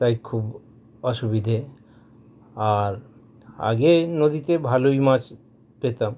তাই খুব অসুবিধে আর আগে নদীতে ভালোই মাছ পেতাম